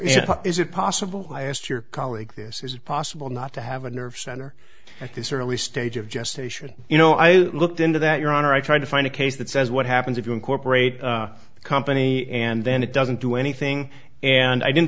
is it possible i asked your colleague this is it possible not to have a nerve center at this early stage of gestation you know i looked into that your honor i tried to find a case that says what happens if you incorporate the company and then it doesn't do anything and i didn't